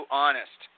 honest